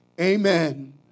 amen